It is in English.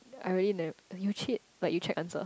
I really ne~ you cheat like you check answer